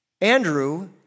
Andrew